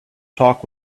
talk